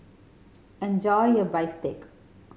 enjoy your bistake